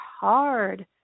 hard